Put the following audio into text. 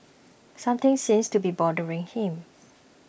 something seems to be bothering him